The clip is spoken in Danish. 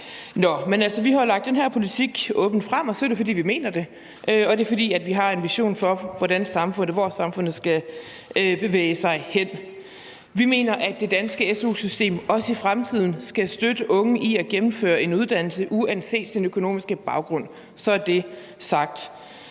vi har lagt den her politik åbent frem, er det, fordi vi mener det, og fordi vi har en vision for, hvor samfundet skal bevæge sig hen. Vi mener, at det danske su-system også i fremtiden skal støtte unge i at gennemføre en uddannelse uanset deres økonomiske baggrund; så er det sagt.